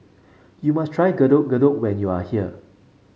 you must try Getuk Getuk when you are here